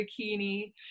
bikini